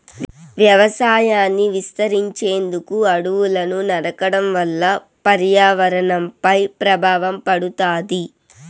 వ్యవసాయాన్ని విస్తరించేందుకు అడవులను నరకడం వల్ల పర్యావరణంపై ప్రభావం పడుతాది